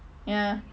ya